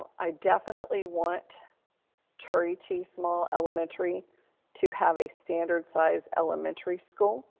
i definitely want turie t. small elementary to have a standard size elementary school.